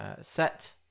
set